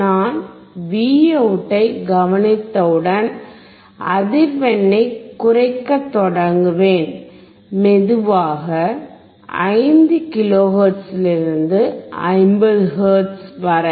நான் Voutஐ கவனித்தவுடன் அதிர்வெண்ணைக் குறைக்கத் தொடங்குவேன் மெதுவாக 5 கிலோஹெர்ட்ஸிலிருந்து 50 ஹெர்ட்ஸ் வரை